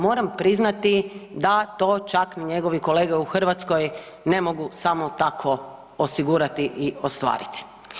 Moram priznati da to čak ni njegovi kolege u Hrvatskoj ne mogu samo tako osigurati i ostvariti.